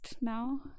now